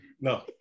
no